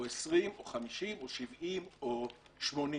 או 20 או 50 או 70 או 80,